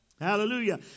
Hallelujah